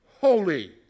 holy